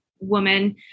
woman